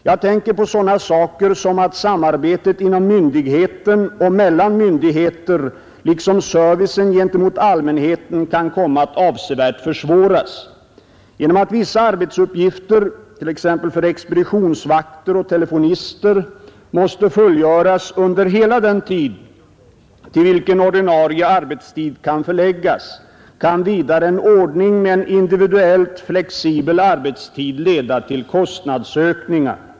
Jag tänker på sådana saker som att samarbetet inom myndigheten och mellan myndigheter liksom servicen gentemot allmänheten kan komma att avsevärt försvåras. Genom att vissa arbetsuppgifter, t.ex. för expeditionsvakter och telefonister, måste fullgöras under hela den tid, till vilken ordinarie arbetstid kan förläggas, kan vidare en ordning med en individuellt flexibel arbetstid leda till kostnadsökningar.